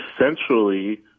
essentially